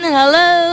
Hello